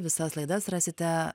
visas laidas rasite